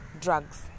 drugs